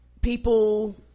people